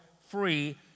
free